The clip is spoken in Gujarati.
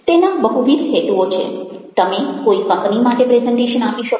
તેના બહુવિધ હેતુઓ છે તમે કોઈ કંપની માટે પ્રેઝન્ટેશન આપી શકો